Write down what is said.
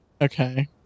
Okay